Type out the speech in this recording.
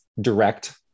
direct